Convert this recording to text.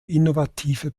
innovative